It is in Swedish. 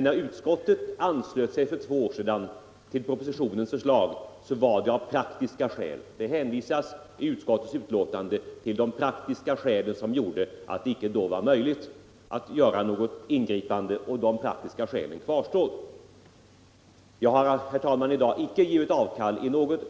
När utskottet för två år sedan anslöt sig till propositionens förslag hänvisades det i betänkandet till de praktiska skäl som gjorde att det icke var möjligt att då göra något ingripande. De praktiska skälen kvarstår. Jag har, herr talman, i dag icke i något